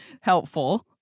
helpful